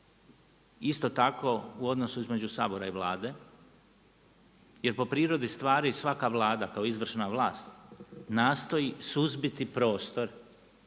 Isto tako u odnosu između Sabora i Vlade jer po prirodi stvari svaka Vlada kao izvršna vlast nastoji suzbiti prostor